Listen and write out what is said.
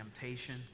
temptation